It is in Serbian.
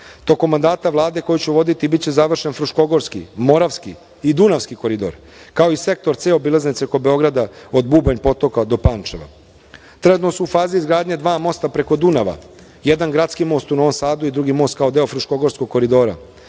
mandata Vlade koju ću voditi biće završen Fruškogorski, Moravski i Dunavski koridor, kao i sektor ceo obilaznice oko Beograda, od Bubanj potoka do Pančeva. Trenutno su u fazi izgradnje dva mosta preko Dunava, jedan gradski most u Novom Sadu i drugi most kao deo Fruškogorskog koridora.